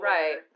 Right